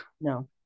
no